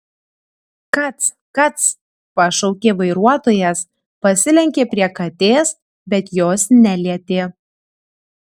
kac kac pašaukė vairuotojas pasilenkė prie katės bet jos nelietė